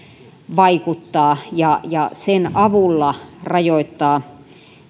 vaikuttaa ja ja sen avulla rajoittaa